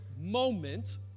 moment